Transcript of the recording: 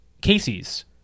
Casey's